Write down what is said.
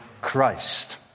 Christ